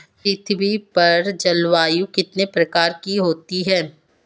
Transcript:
पृथ्वी पर जलवायु कितने प्रकार की होती है?